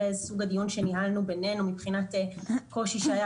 זה סוג הדיון שניהלנו בינינו מבחינת קושי שהיה